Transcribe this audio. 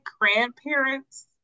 grandparents